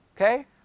okay